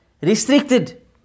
restricted